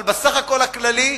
אבל בסך הכול הכללי,